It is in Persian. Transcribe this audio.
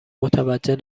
متوجه